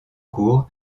cours